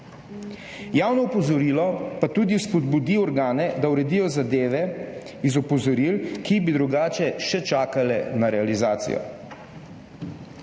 Javno opozorilo pa tudi spodbudi organe, da uredijo zadeve iz opozoril, ki bi drugače še čakale na realizacijo.